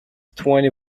twenty